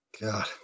God